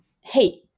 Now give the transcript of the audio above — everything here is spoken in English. hey